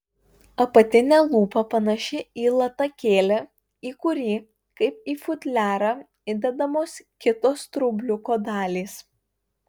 apatinė lūpa panaši į latakėlį į kurį kaip į futliarą įdedamos kitos straubliuko dalys